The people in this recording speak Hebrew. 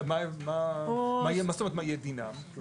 מה יהיה דינם?